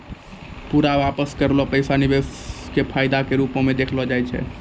पूरा वापस करलो पैसा निवेश के फायदा के रुपो मे देखलो जाय छै